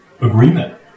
agreement